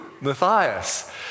Matthias